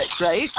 right